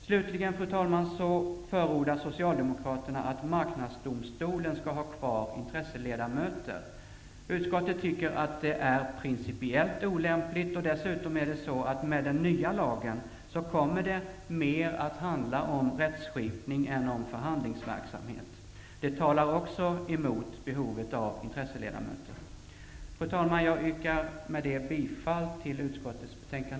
Slutligen, fru talman, förordar Socialdemokraterna att Marknadsdomstolen skall ha kvar intresseledamöterna. Utskottet tycker att det är principiellt olämpligt. Dessutom är det så, att det med den nya lagen mer kommer att handla om rättsskipning än om förhandlingsverksamhet. Det talar också emot behovet av intresseledamöter. Fru talman! Med detta yrkar jag bifall till hemställan i utskottets betänkande.